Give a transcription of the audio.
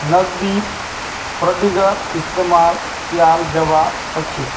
नकदीक फंडिंगत इस्तेमाल कियाल जवा सक छे